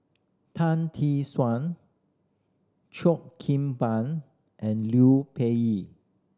Tan Tee Suan Cheo Kim Ban and Liu